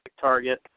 target